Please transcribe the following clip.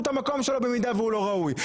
את המקום שלו במידה והוא לא ראוי,